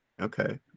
Okay